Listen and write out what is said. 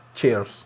Cheers